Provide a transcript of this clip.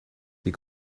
die